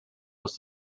was